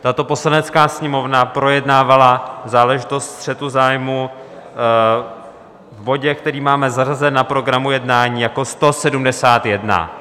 Tato Poslanecká sněmovna projednávala záležitost střetu zájmů v bodě, který máme zařazen na programu jednání jako 171.